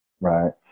right